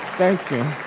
thank you.